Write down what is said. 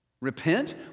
Repent